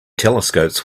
telescopes